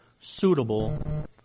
suitable